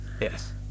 yes